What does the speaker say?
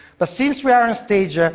but since we are onstage, yeah